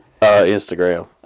Instagram